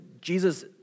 Jesus